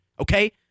okay